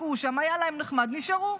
השתקעו שם, היה להם נחמד, נשארו.